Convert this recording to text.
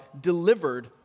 delivered